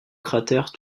cratère